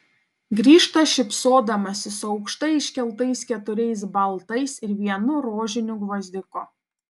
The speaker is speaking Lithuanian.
grįžta šypsodamasi su aukštai iškeltais keturiais baltais ir vienu rožiniu gvazdiku